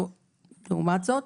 לעומת זאת,